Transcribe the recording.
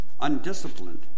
undisciplined